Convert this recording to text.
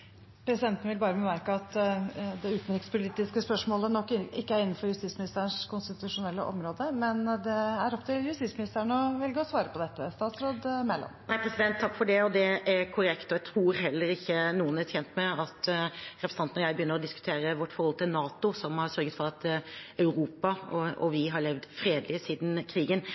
Presidenten vil bare bemerke at det utenrikspolitiske spørsmålet nok ikke er innenfor justisministerens konstitusjonelle område, men det er opp til justisministeren å velge å svare på dette. Takk for det, president, det er korrekt, og jeg tror heller ikke noen er tjent med at representanten og jeg begynner å diskutere vårt forhold til NATO, som har sørget for at Europa og vi har levd fredelig siden krigen.